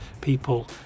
people